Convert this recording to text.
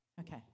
Okay